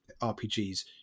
RPGs